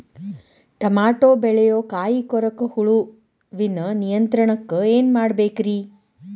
Tomato ಬೆಳೆಯ ಕಾಯಿ ಕೊರಕ ಹುಳುವಿನ ನಿಯಂತ್ರಣಕ್ಕ ಏನ್ ಮಾಡಬೇಕ್ರಿ?